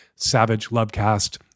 SavageLovecast